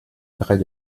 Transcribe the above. près